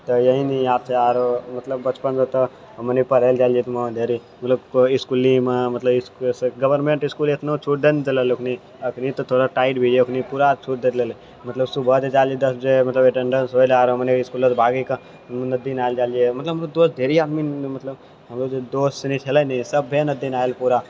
तऽ यही नहि आबसँ आरो मतलब बचपनमे तऽ मने पढ़ै लए जाइ रहियै मतलब कोइ इसकुल ही मे मतलब गवर्नमेन्ट इसकुल मतलब एतनो छूट देने छलै अखनी तऽ थोड़ा टाइट भी हय तखनि तऽ पूरा छूट दैले मतलब सुबह जे जाइ रहियै दस बजे मतलब अटेन्डेस भेलऽ आरो मने इसकुलसँ भागि कऽ नदी नहाइ लए जाइ रहलियै मतलब बहुते ढ़ेरी आदमी मतलब हमरो जे दोस्त रहै छलै ने सभे नदी नहाइ लए पूरा